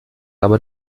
aber